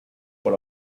por